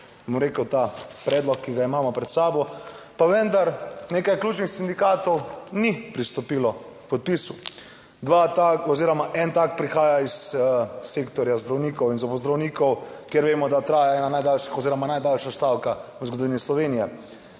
bom rekel, ta predlog, ki ga imamo pred sabo, pa vendar nekaj ključnih sindikatov ni pristopilo k podpisu. Dva oziroma en tak prihaja iz sektorja zdravnikov in zobozdravnikov, kjer vemo, da traja ena najdaljših oziroma najdaljša stavka v zgodovini Slovenije.